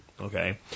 Okay